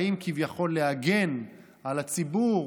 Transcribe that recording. באים כביכול להגן על הציבור